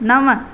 नव